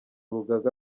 rugaga